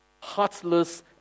heartless